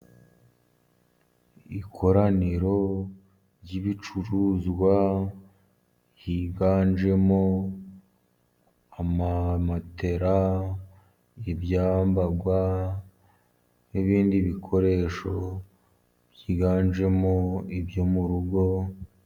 Ikoraniro ry'ibicuruzwa higanjemo amamatera, ibyambarwa, n'ibindi bikoresho byiganjemo ibyo mu rugo.